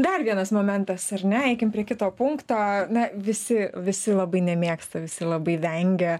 dar vienas momentas ar ne eikim prie kito punkto na visi visi labai nemėgsta visi labai vengia